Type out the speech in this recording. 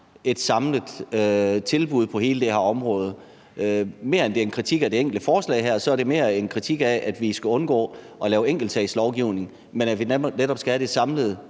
et samlet tilbud på hele det her område. Mere end det er en kritik af det enkelte forslag her, er det en kritik, der går på, at vi skal undgå at lave enkeltsagslovgivning, og at vi netop skal have et samlet